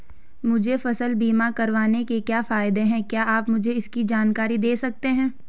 मुझे फसल बीमा करवाने के क्या फायदे हैं क्या आप मुझे इसकी जानकारी दें सकते हैं?